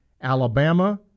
Alabama